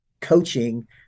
coaching